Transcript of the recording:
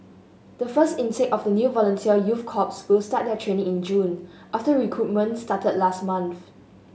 the first intake of the new volunteer youth corps will start their training in June after recruitment started last month